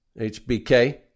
HBK